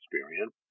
experience